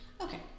Okay